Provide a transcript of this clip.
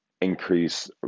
increase